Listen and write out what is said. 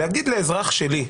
להגיד לאזרח שלי,